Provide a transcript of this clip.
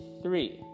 three